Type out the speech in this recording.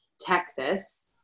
Texas